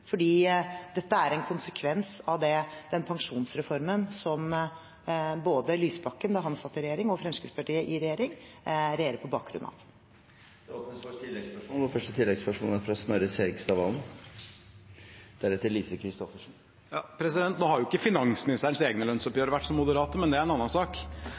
dette er en konsekvens av den pensjonsreformen som både Lysbakken, da han satt i regjering, og Fremskrittspartiet i regjering regjerer på bakgrunn av. Det åpnes for oppfølgingsspørsmål – først Snorre Serigstad Valen. Nå har jo ikke finansministerens egne lønnsoppgjør vært så moderate, men det er en annen sak.